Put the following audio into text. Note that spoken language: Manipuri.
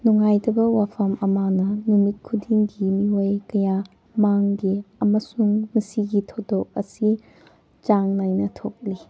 ꯅꯨꯡꯉꯥꯏꯇꯕ ꯋꯥꯐꯝ ꯑꯃꯅ ꯅꯨꯃꯤꯠ ꯈꯨꯗꯤꯡꯒꯤ ꯃꯤꯑꯣꯏ ꯀꯌꯥ ꯃꯥꯡꯒꯤ ꯑꯃꯁꯨꯡ ꯃꯁꯤꯒꯤ ꯊꯧꯗꯣꯛ ꯑꯁꯤ ꯆꯥꯡ ꯅꯥꯏꯅ ꯊꯣꯛꯂꯤ